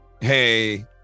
hey